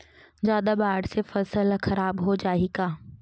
जादा बाढ़ से फसल ह खराब हो जाहि का?